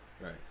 Right